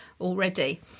already